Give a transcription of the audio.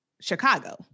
Chicago